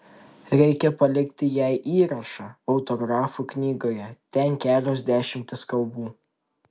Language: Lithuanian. reikia palikti jai įrašą autografų knygoje ten kelios dešimtys kalbų